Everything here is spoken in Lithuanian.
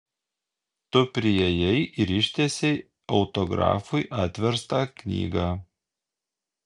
tu priėjai ir ištiesei autografui atverstą knygą